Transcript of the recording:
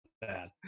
bad